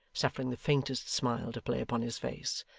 suffering the faintest smile to play upon his face.